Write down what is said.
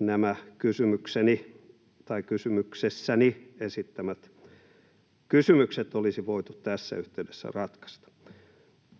nämä kysymyksessäni esittämäni kysymykset olisi voitu tässä yhteydessä ratkaista.